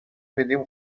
میدیم